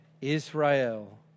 Israel